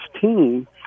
team